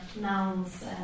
nouns